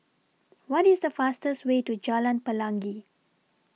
What IS The fastest Way to Jalan Pelangi